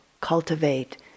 cultivate